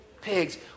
Pigs